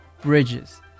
bridges